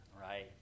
right